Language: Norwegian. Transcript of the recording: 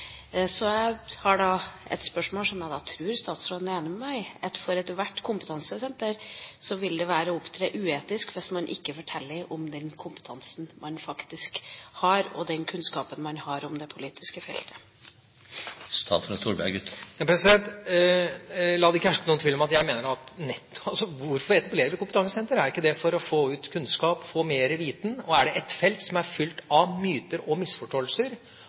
Så spørsmålet mitt går på – og jeg tror statsråden er enig med meg – om det ikke for ethvert kompetansesenter vil være å opptre uetisk hvis man ikke forteller om den kompetansen man faktisk har, og den kunnskapen man har om det politiske feltet. La det ikke herske noen tvil om hva jeg mener: Hvorfor etablerer man kompetansesenter – er ikke det for å få ut kunnskap, få mer viten? Og er det ett felt som er fylt av myter og misforståelser,